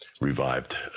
revived